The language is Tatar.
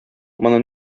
моны